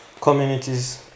communities